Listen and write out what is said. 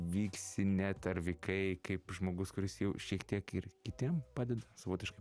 vyksi net ar vykai kaip žmogus kuris jau šiek tiek ir kitiem padeda savotiška